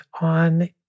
on